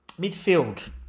midfield